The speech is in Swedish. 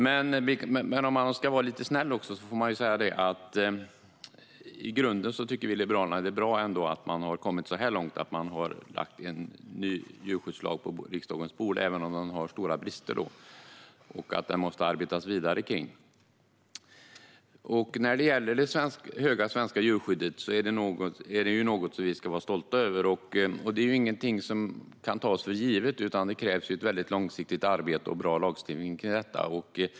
Men för att vara lite snäll kan jag säga att i grunden tycker vi i Liberalerna ändå att det är bra att man har kommit så här långt och lagt fram en ny djurskyddslag på riksdagens bord, även om den har stora brister och måste arbetas vidare med. Det höga svenska djurskyddet är något vi ska vara stolta över. Men det är inte något som kan tas för givet, utan det kräver långsiktigt arbete och bra lagstiftning.